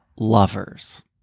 Lovers